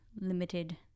limited